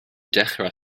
dechrau